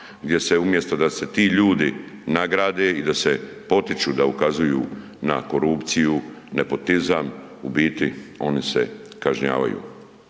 gdje se umjesto da se ti ljudi nagrade i da se potiču da ukazuju na korupciju, nepotizam, u biti oni se kažnjavaju.